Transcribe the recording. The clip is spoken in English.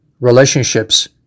relationships